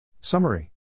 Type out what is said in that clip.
Summary